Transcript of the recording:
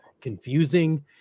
confusing